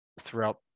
throughout